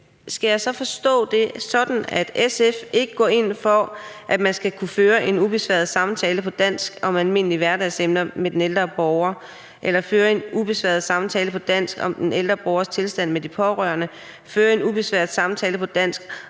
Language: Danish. Skal jeg så forstå det sådan, at SF ikke går ind for, at man skal kunne føre en ubesværet samtale på dansk om almindelige hverdagsemner med den ældre borger, føre en ubesværet samtale på dansk om den ældre borgers tilstand med de pårørende, føre en ubesværet samtale på dansk